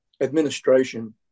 administration